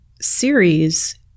series